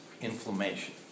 inflammation